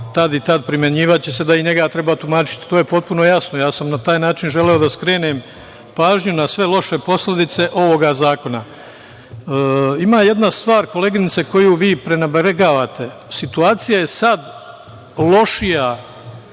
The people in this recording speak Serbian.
tad i tad primenjivaće se, da i njega treba tumačiti? To je potpuno jasno. Ja sam na taj način želeo da skrenem pažnju na sve loše posledice ovoga zakona. Ima jedna stvar, koleginice, koju vi prenebregavate. Situacija je sad lošija